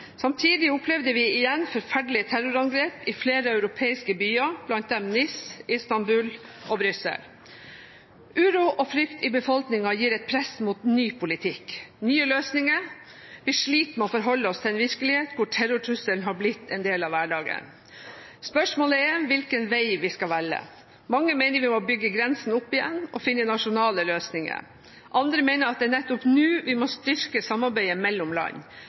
Samtidig opplevde vi igjen forferdelige terrorangrep i flere europeiske byer – blant dem Nice, Istanbul og Brussel. Uro og frykt i befolkningen gir et press mot ny politikk og nye løsninger. Vi sliter med å forholde oss til en virkelighet hvor terrortrusselen har blitt en del av hverdagen. Spørsmålet er hvilken vei vi skal velge. Mange mener vi må bygge opp grensene igjen og finne nasjonale løsninger. Andre mener at det er nettopp nå vi må styrke samarbeidet mellom land,